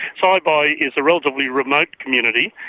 saibai is a relatively remote community.